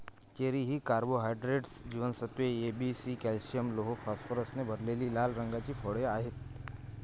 cherry ही carbohydrates, जीवनसत्त्वे A, B, C, calcium, लोह, फॉस्फरसने भरलेली लाल रंगाची फळे आहेत